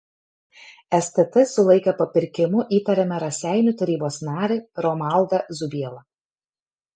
stt sulaikė papirkimu įtariamą raseinių tarybos narį romaldą zubielą